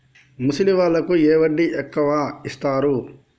ముసలి వాళ్ళకు ఏ వడ్డీ ఎక్కువ ఇస్తారు?